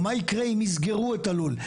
או מה יקרה אם יסגרו את הלול?